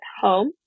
home